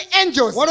angels